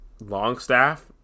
Longstaff